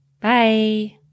Bye